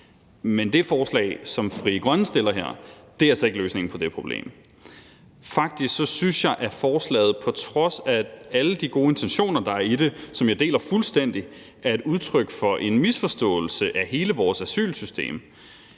Men det forslag, som Frie Grønne fremsætter her, er altså ikke løsningen på det problem. Faktisk synes jeg, at forslaget på trods af alle de gode intentioner, der er i det, og som jeg deler fuldstændig, er udtryk for en misforståelse af hele vores asylsystem